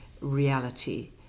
reality